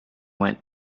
went